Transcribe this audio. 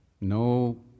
no